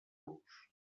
los